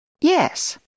Yes